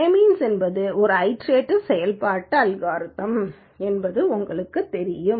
K means என்பது ஒரு iterative செயல்பாட்டு அல்காரிதம் என்பது உங்களுக்குத் தெரியும்